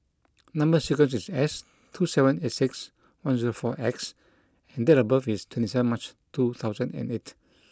Number sequence is S two seven eight six one zero four X and date of birth is twenty seven March two thousand and eight